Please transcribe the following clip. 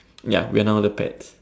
ya we are now the pets